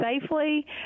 safely